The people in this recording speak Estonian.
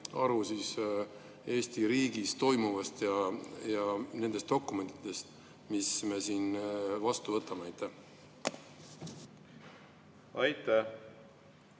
aru Eesti riigis toimuvast ja nendest dokumentidest, mis me siin vastu võtame? Aitäh!